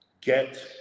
get